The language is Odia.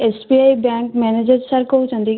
S B I bank manager sir କହୁଛନ୍ତି କି